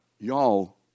y'all